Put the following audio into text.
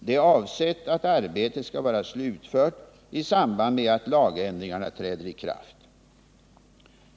Det är avsett att arbetet skall vara slutfört i samband med att lagändringarna träder i kraft.